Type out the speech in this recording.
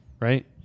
Right